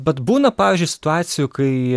bet būna pavyzdžiui situacijų kai